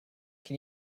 can